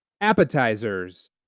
appetizers